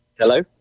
Hello